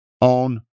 on